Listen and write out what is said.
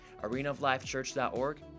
arenaoflifechurch.org